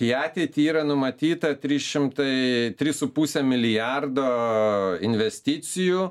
į ateitį yra numatyta trys šimtai trys su puse milijardo investicijų